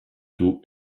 tôt